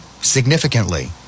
significantly